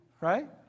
Right